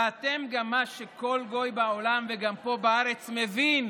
ואתם, גם מה שכל גוי בעולם וגם פה בארץ מבין,